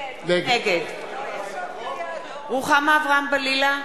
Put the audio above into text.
נגד רוחמה אברהם-בלילא,